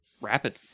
rapid